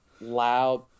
loud